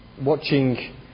watching